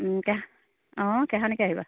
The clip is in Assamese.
কেহ অঁ কেহানিকে আহিবা